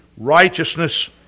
righteousness